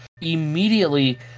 immediately